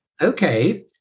Okay